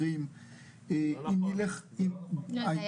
ימשיך לטפל בחולים ואכן זה דבר מבורך ואכן זה בהחלט יהיה